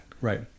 Right